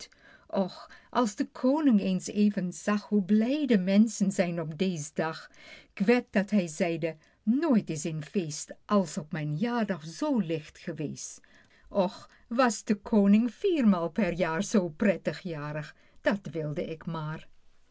och als de koning eens even zag hoe blij de menschen zijn op deez dag k wed dat hij zeide nooit is een feest als op mijn jaardag zoo licht geweest och was de koning viermaal per jaar zoo prettig jarig dat wilde ik maar